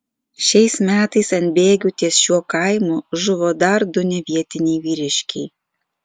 šiais metais ant bėgių ties šiuo kaimu žuvo dar du nevietiniai vyriškiai